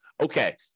okay –